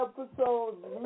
episodes